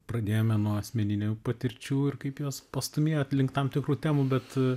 pradėjome nuo asmeninių patirčių ir kaip juos pastūmėjo link tam tikrų temų bet